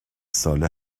ساله